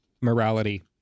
morality